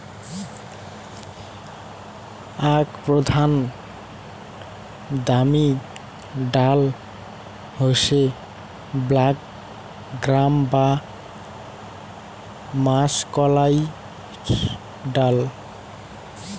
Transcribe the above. আক প্রধান দামি ডাল হসে ব্ল্যাক গ্রাম বা মাষকলাইর ডাল